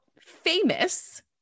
famous